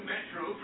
Metro